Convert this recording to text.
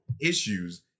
issues